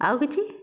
ଆଉ କିଛି